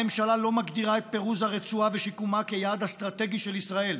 הממשלה לא מגדירה את פירוז הרצועה ושיקומה כיעד אסטרטגי של ישראל.